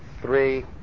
three